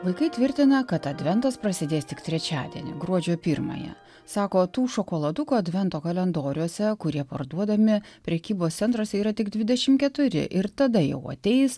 vaikai tvirtina kad adventas prasidės tik trečiadienį gruodžio pirmąją sako tų šokoladukų advento kalendoriuose kurie parduodami prekybos centruose yra tik dvidešim keturi ir tada jau ateis